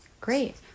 Great